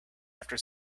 after